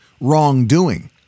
wrongdoing